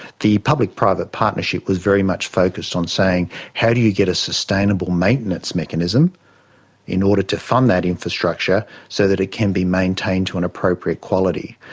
the public private partnership was very much focused on saying how do you get a sustainable maintenance mechanism in order to fund that infrastructure so that it can be maintained to an appropriate quality?